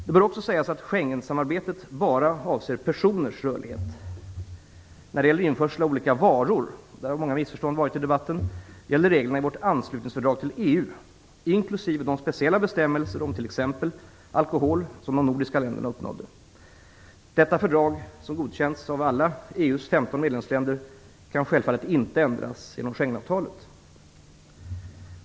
Det bör också sägas att Schengensamarbetet bara avser personers rörlighet. När det gäller införsel av olika varor - där har varit många missförstånd i debatten - gäller reglerna i vårt anslutningsfördrag till EU, inklusive de speciella bestämmelser om t.ex. alkohol som de nordiska länderna uppnådde. Detta fördrag som godkänts av alla EU:s 15 medlemsländer kan självfallet inte ändras genom Schengenavtalet.